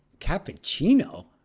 cappuccino